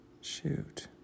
Shoot